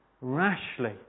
rashly